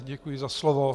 Děkuji za slovo.